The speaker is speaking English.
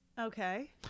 okay